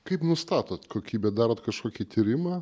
kaip nustatot kokybę darote kažkokį tyrimą